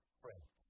friends